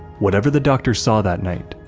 whatever the doctor saw that night,